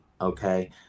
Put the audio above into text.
okay